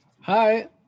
hi